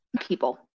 people